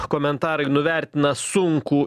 komentarai nuvertina sunkų